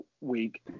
week